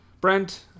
Brent